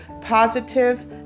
Positive